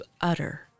utter